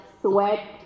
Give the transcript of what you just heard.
sweat